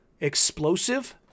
explosive